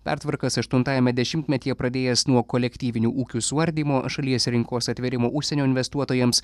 pertvarkas aštuntajame dešimtmetyje pradėjęs nuo kolektyvinių ūkių suardymo šalies rinkos atvėrimo užsienio investuotojams